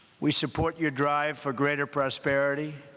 we support your drive for greater prosperity